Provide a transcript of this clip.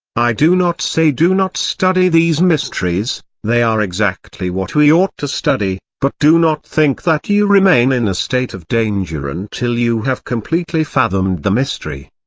i do not say do not study these mysteries they are exactly what we ought to study, but do not think that you remain in a state of danger until you have completely fathomed the mystery.